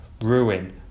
ruin